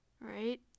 Right